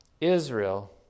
Israel